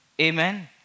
Amen